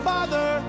Father